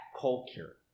culture